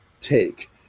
take